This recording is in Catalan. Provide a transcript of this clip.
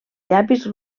llapis